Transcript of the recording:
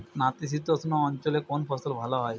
নাতিশীতোষ্ণ অঞ্চলে কোন ফসল ভালো হয়?